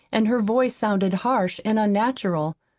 and her voice sounded harsh and unnatural.